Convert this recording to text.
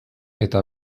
eta